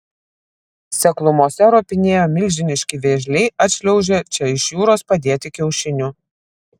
seklumose ropinėjo milžiniški vėžliai atšliaužę čia iš jūros padėti kiaušinių